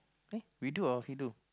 aye we do or he do